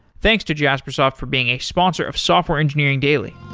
thanks to jaspersoft from being a sponsor of software engineering daily